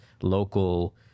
local